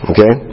Okay